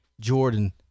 Jordan